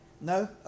No